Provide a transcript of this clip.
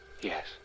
Yes